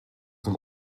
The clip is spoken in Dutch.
een